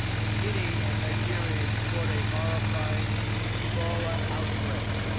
in guinea and nigeria, you fought a horrifying ebola outbreak.